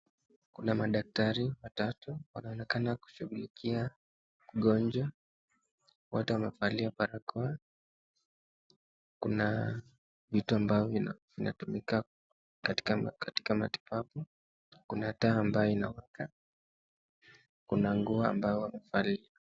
Kuna madaktari watatu, wanaonekana kushughulikia mgonjwa. Wote wamevalia barakoa. Kuna mto ambayo inatumika katika matibabu. Kuna taa ambayo inawaka. Kuna nguo ambayo wamevalia.